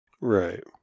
Right